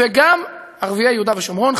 וגם ערביי יהודה ושומרון,